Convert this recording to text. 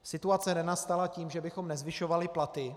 Situace nenastala tím, že bychom nezvyšovali platy.